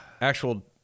Actual